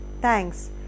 thanks